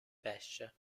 pesce